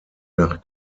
nach